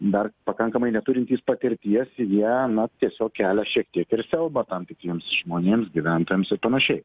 dar pakankamai neturintys patirties jie na tiesiog kelia šiek tiek ir siaubą tam tikriems žmonėms gyventojams ir panašiai